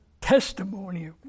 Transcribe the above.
testimony